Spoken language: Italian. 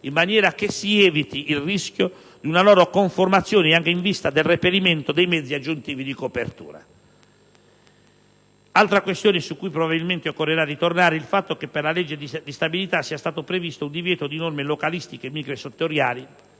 in maniera che si eviti il rischio di una loro conformazione anche in vista del reperimento dei mezzi aggiuntivi di copertura. Altra questione su cui probabilmente occorrerà ritornare è il fatto che per la legge di stabilità sia stato previsto un divieto di norme localistiche e microsettoriali,